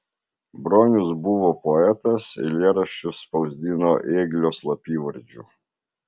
bronius buvo poetas eilėraščius spausdino ėglio slapyvardžiu